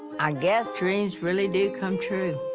i guess dreams really do come true!